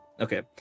okay